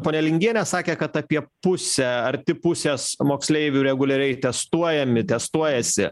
ponia lingienė sakė kad apie pusę arti pusės moksleivių reguliariai testuojami atestuojasi